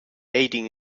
aiding